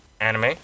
anime